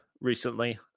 recently